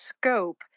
scope